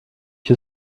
you